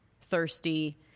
thirsty